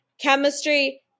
chemistry